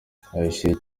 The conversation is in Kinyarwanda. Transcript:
ashyushye